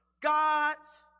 God's